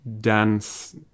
dance